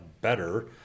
better